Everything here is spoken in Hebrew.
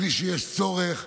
בלי שיש צורך,